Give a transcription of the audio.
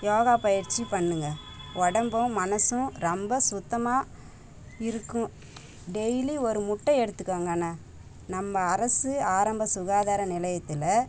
யோகா பயிற்சி பண்ணுங்கள் உடம்பும் மனதும் ரொம்ப சுத்தமாக இருக்கும் டெய்லி ஒரு முட்டை எடுத்துக்கோங்கண்ணன் நம்ம அரசு ஆரம்ப சுகாதார நிலையத்தில்